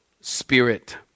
spirit